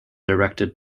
directed